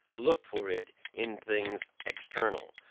look for it in things external,